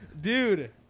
dude